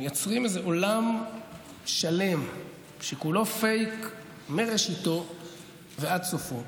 הם מייצרים איזה עולם שלם שכולו פייק מראשיתו ועד סופו.